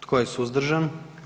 Tko je suzdržan?